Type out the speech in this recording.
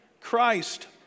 Christ